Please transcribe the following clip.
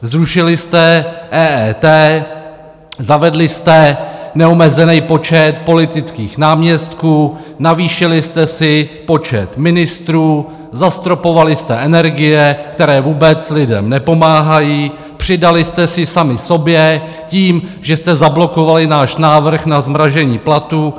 Zrušili jste EET, zavedli jste neomezený počet politických náměstků, navýšili jste si počet ministrů, zastropovali jste energie, které vůbec lidem nepomáhají, přidali jste si sami sobě tím, že jste zablokovali náš návrh na zmrazení platů.